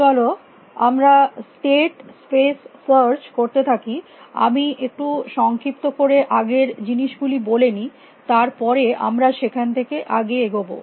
চলো আমরা state space search করতে থাকি আমি একটু সংক্ষিপ্ত করে আগের জিনিস গুলি বলে নি তার পরে আমরা সেখান থেকে আগে এগোবো